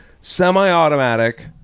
semi-automatic